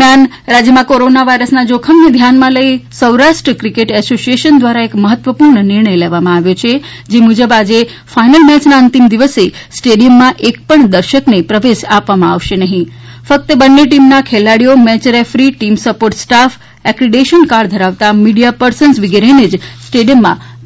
દરમ્યાન રાજ્યમાં corona virus ના જોખમને ધ્યાનમાં રાખીને સૌરાષ્ટ્ર ક્રિકેટ એસોસિએશન દ્વારા એક મહત્વપૂર્ણ નિર્ણય લેવામાં આવ્યો છે જે મુજબ આજે ફાઇનલ મેચના અંતિમ દિવસે સ્ટેડિયમમાં એક પણ દર્શકને પ્રવેશ આપવામાં આવશે નહીં ફક્ત બંને ટીમના ખેલાડીઓ match referee team support staff accreditation card ધરાવતા મિડીયા પર્સન વગેરેને જ